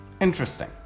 Interesting